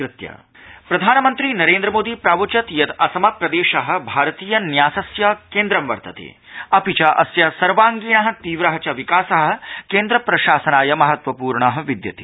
प्रधानमन्त्रीअसम प्रधानमन्त्री नरेन्द्र मोदी प्रावोचद् यत् असमप्रदेश भारतीयन्यासस्य केन्द्र वर्तते अपि च अस्य सर्वाड्गीण तीव्रः च विकास केन्द्रप्रशासनाय महत्वपूर्ण विद्यते